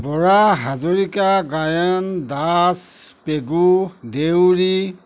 Bora Hazarika Gayan Das Pegu Deori